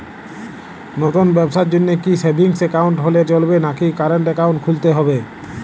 নতুন ব্যবসার জন্যে কি সেভিংস একাউন্ট হলে চলবে নাকি কারেন্ট একাউন্ট খুলতে হবে?